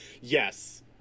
yes